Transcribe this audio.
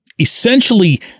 essentially